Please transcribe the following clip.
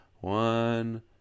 One